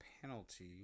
penalty